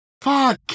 Fuck